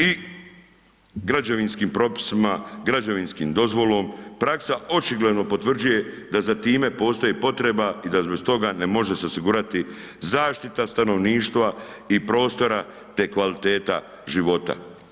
I građevinskim propisima, građevinskom dozvolom, praksa očigledno potvrđuje da za time postoji potreba i da bez toga ne može se osigurati zaštita stanovništva i prostora te kvaliteta života.